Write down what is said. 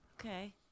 Okay